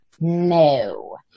no